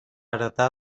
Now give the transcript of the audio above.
heretar